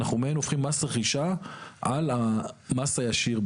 אנחנו הופכים מס רכישה על המס הישיר,